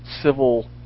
civil